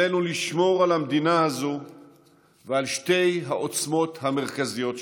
עלינו לשמור על המדינה הזאת ועל שתי העוצמות המרכזיות שלה: